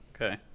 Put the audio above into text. Okay